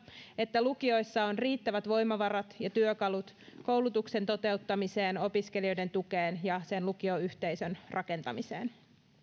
että lukioissa on riittävät voimavarat ja työkalut koulutuksen toteuttamiseen opiskelijoiden tukeen ja sen lukioyhteisön rakentamiseen